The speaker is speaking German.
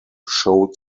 show